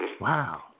Wow